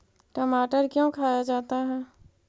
टमाटर क्यों खाया जाता है?